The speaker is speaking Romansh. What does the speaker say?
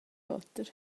oter